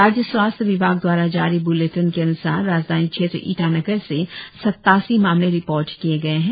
राज्य स्वास्थ्य विभाग द्वारा जारी बुलेटिन के अनुसार राजधानी क्षेत्र ईटानगर से सत्तासी मामले रिपोर्ट किए गए है